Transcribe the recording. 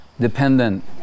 dependent